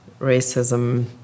racism